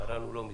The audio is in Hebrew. קראנו לא מזמן.